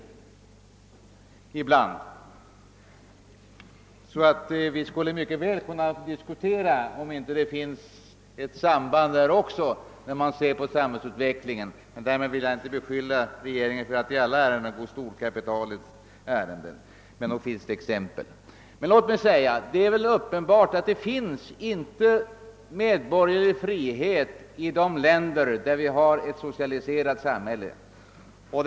Vi skulle således mycket väl kunna diskutera detta inslag i samhällsutvecklingen. Jag vill inte beskylla regeringen för att alltid gå storkapitalets ärenden, men nog finns det exempel härpå. Det är uppenbart att det inte finns någon medborgerlig frihet i de socialistiska länderna.